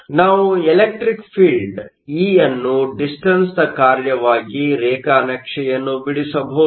ಆದ್ದರಿಂದ ನಾವು ಎಲೆಕ್ಟ್ರಿಕ್ ಫೀಲ್ಡ್Electreic fieldE ಅನ್ನು ಡಿಸ್ಟನ್ಸ್ದ ಕಾರ್ಯವಾಗಿ ರೇಖಾನಕ್ಷೆಯನ್ನು ಬಿಡಿಸಬಹುದು